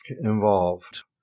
involved